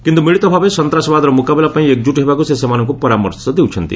କିନ୍ତୁ ମିଳିତ ଭାବେ ସନ୍ତାସବାଦର ମୁକାବିଲା ପାଇଁ ଏକଜୁଟ୍ ହେବାକୁ ସେ ସେମାନଙ୍କୁ ପରାମର୍ଶ ଦେଉଛନ୍ତି